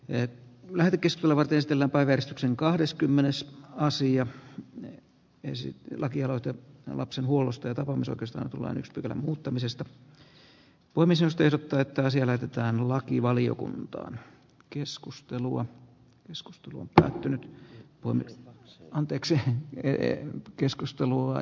et ole herkistelevät eteläpää veistoksen kahdeskymmenes ja asia menee esitti lakialoite lapsen huollosta ja tapaamisetista tulee nyt pykälän muuttamisesta puhemiesneuvosto ehdottaa että asia lähetetään lakivaliokuntaan keskustelua keskustelu nyt on se anteeksi hän tekee keskustelua